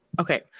Okay